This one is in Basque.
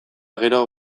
gero